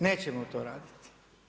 Nećemo to raditi.